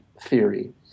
theory